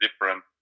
different